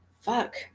Fuck